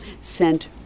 sent